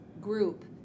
group